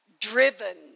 driven